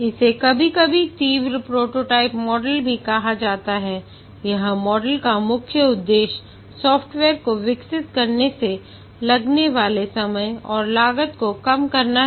इसे कभी कभी तीव्र प्रोटोटाइप मॉडल भी कहां जाता है यहां मॉडल का मुख्य उद्देश्य सॉफ्टवेयर को विकसित करने में लगने वाले समय और लागत को कम करना है